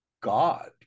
God